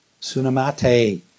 Sunamate